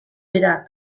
dira